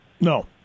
No